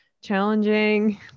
challenging